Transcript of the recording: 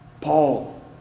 Paul